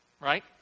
right